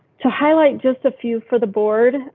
to highlight just a few for the board,